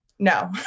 No